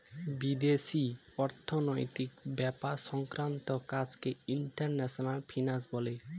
বিদেশি অর্থনৈতিক ব্যাপার সংক্রান্ত কাজকে ইন্টারন্যাশনাল ফিন্যান্স বলে